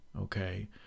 Okay